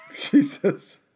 Jesus